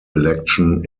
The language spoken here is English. election